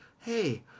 hey